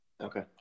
Okay